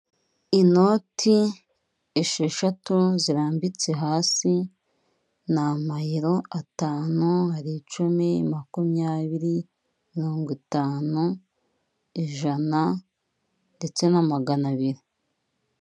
Inoti esheshatu zirambitse hasi. Ni Amayero atanu hari icumi, makumyabiri, mirongo itanu ijana ndetse na magana abiri.